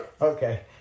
Okay